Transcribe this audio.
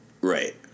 Right